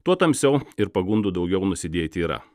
tuo tamsiau ir pagundų daugiau nusidėti yra